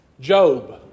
Job